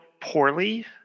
poorly